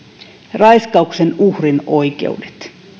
raiskauksen uhrin oikeudet